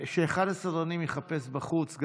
שאחד הסדרנים יחפש בחוץ,